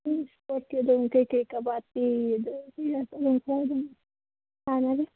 sport ꯀꯩꯀꯩ ꯀꯕꯥꯗꯤ ꯑꯗꯨꯗꯒꯤ ꯈꯔ ꯑꯗꯨꯝ ꯁꯥꯟꯅꯔꯤ